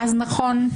אז נכון,